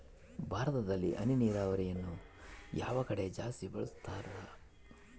ಭಾರತದಲ್ಲಿ ಹನಿ ನೇರಾವರಿಯನ್ನು ಯಾವ ಕಡೆ ಜಾಸ್ತಿ ಬಳಸುತ್ತಾರೆ?